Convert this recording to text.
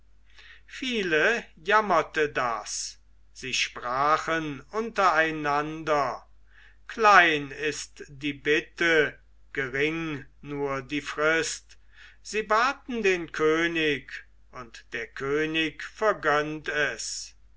viele jammerte das sie sprachen untereinander klein ist die bitte gering nur die frist sie baten den könig und der könig vergönnt es